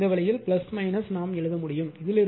எனவே இந்த வழியில் எழுத முடியும்